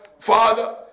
Father